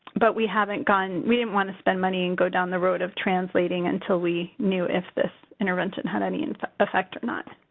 but we haven't gone we didn't want to spend money and go down the road of translating until we knew if this intervention had any effect or not.